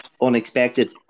unexpected